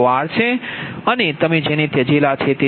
તમારો r છે અને તમે તેને ત્યજાયેલા છે